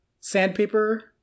sandpaper